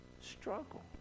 Struggle